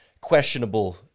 questionable